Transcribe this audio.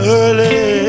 early